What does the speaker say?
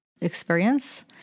experience